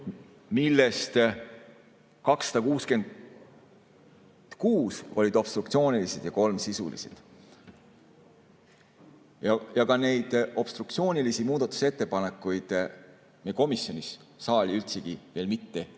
millest 266 olid obstruktsioonilised ja kolm sisulised. Aga ka neid obstruktsioonilisi muudatusettepanekuid me komisjonis saali üldsegi mitte ei